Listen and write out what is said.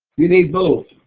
you need both.